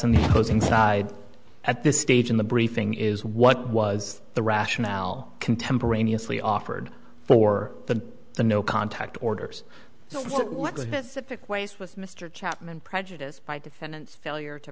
and goes inside at this stage in the briefing is what was the rationale contemporaneously offered for the the no contact orders mr chapman prejudiced by defendant failure to